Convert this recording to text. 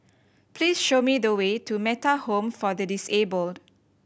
please show me the way to Metta Home for the Disabled